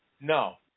No